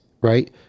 right